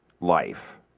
life